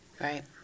Right